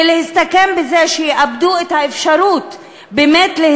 ולהסתכן בזה שהם יאבדו את האפשרות להשתכר,